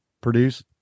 produce